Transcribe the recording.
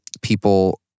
people